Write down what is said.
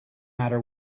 matter